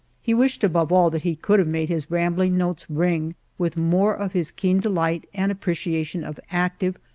he wished above all that he could have made his rambling notes ring with more of his keen delight and appreciation of active,